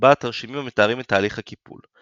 ובה תרשימים המתארים את תהליך הקיפול.